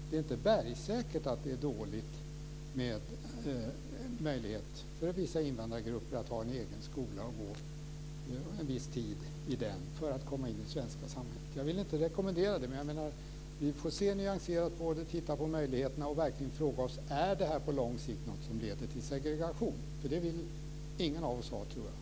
Det är inte bergsäkert att det är dåligt att vissa invandrargrupper har möjligheten att gå i en egen skola en viss tid för att komma in i det svenska samhället. Jag vill inte rekommendera det, men vi får se nyanserat på det, titta på möjligheterna och verkligen fråga oss om det här är någonting som på lång sikt leder till segregation. Det vill ingen av oss ha, tror jag.